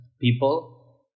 people